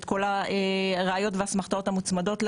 את הראיות האסמכתאות המוצמדות להם.